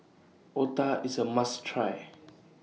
Otah IS A must Try